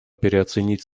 переоценить